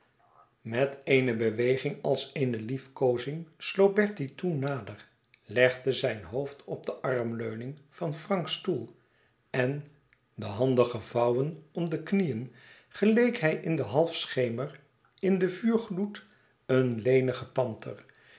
met eene beweging als eene liefkoozing sloop bertie toen nader legde zijn hoofd op de armleuning van franks stoel en de handen gevouwen om de knieën geleek hij in den halfschemer in den vuurgloed een lenige panter